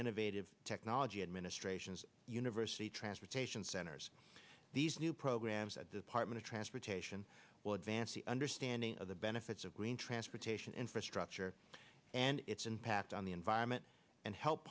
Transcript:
innovative technology administration's university transportation centers these new programs at the apartment transportation will advance the understanding of the benefits of green transportation infrastructure and its impact on the environment and help